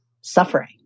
suffering